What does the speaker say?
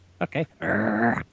okay